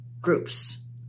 groups